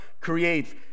creates